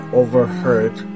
overheard